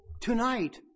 tonight